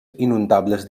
inundables